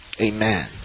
amen